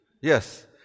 Yes